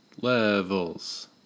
levels